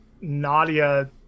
Nadia